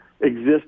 exist